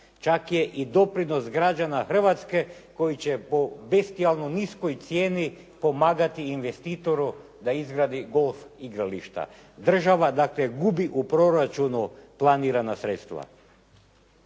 čak je i doprinos građana Hrvatske koji će po bestijalno niskoj cijeni pomagati investitoru da izgradi golf igrališta. Država dakle gubi u proračunu planirana sredstva.